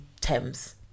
Thames